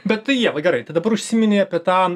bet tai ieva gerai tada užsiminei apie tą